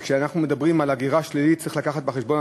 וכשאנחנו מדברים על הגירה שלילית צריך להביא בחשבון,